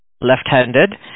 left-handed